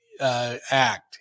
act